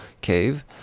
cave